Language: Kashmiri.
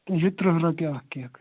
یہِ تٕرٛہ رۄپیہِ اَکھ کیک